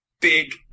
big